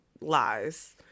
Lies